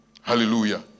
Hallelujah